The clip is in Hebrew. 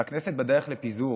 והכנסת בדרך לפיזור,